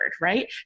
right